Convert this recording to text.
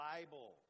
Bible